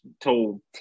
told